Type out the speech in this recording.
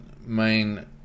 main